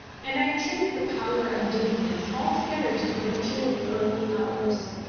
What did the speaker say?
and i attribute the power of doing this altogether to the virtue of early hours.